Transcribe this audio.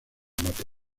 mató